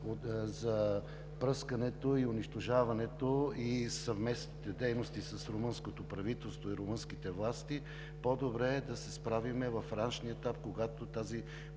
за пръскането и унищожаването. Съвместните дейности с румънското правителство и румънските власти е по-добре да се правят в ранния етап, когато тази